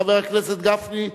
חבר הכנסת גפני,